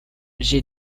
j’ai